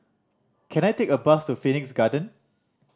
can I take a bus to Phoenix Garden